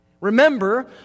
Remember